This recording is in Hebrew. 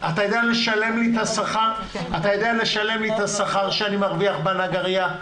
אתה יודע לשלם לי את השכר שאני מרוויח בנגרייה?